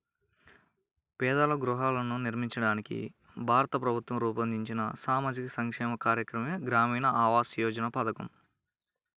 పేదలకు గృహాలను నిర్మించడానికి భారత ప్రభుత్వం రూపొందించిన సామాజిక సంక్షేమ కార్యక్రమమే గ్రామీణ ఆవాస్ యోజన పథకం